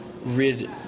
rid